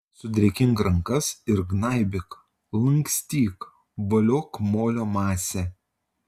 sudrėkink rankas ir gnaibyk lankstyk voliok molio masę